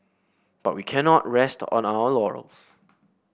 but we cannot rest on our laurels